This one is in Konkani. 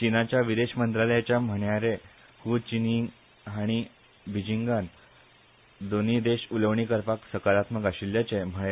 चीनाच्या विदेश मंत्रालयाच्या म्हणयारे हूं चिनयिंग हाणी बिजिंगान दोनूय देश उलोवणी करपाक सकारात्मक आशिल्ल्याचे म्हळे